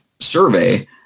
survey